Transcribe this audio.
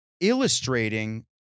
illustrating